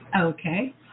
Okay